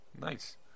nice